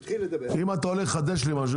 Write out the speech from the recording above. אם אתה הולך לחדש לי משהו.